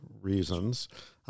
reasons